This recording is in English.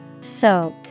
Soak